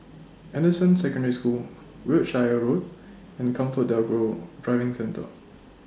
Anderson Secondary School Wiltshire Road and ComfortDelGro Driving Centre